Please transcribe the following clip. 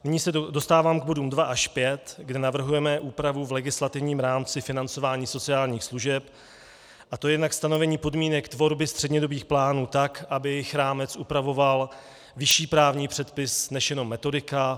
Nyní se dostávám k bodům dva až pět, kde navrhujeme úpravu v legislativním rámci financování sociálních služeb, a to jednak stanovení podmínek tvorby střednědobých plánů tak, aby jejich rámec upravoval vyšší právní předpis než jenom metodika.